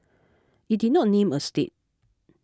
it did not name a state